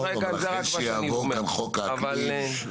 אבל אחרי שיעבור כאן חוק האקלים.